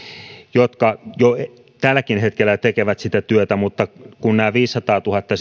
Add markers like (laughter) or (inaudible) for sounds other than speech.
jotka jo tälläkin hetkellä tekevät sitä työtä mutta kun nämä viisisataatuhatta (unintelligible)